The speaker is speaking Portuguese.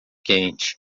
quente